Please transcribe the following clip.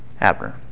Abner